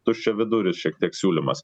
tuščiaviduris šiek tiek siūlymas